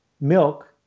milk